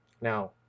now